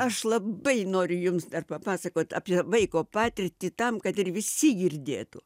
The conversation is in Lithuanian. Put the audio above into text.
aš labai noriu jums papasakot apie vaiko patirtį tam kad ir visi girdėtų